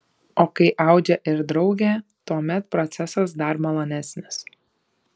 o kai audžia ir draugė tuomet procesas dar malonesnis